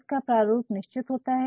इसका प्रारूप निश्चित होता है